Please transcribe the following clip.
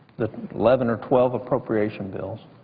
eleven or twelve appropriation bills,